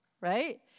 right